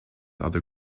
other